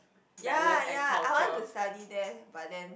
ya ya I want to study there but then